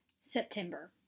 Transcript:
September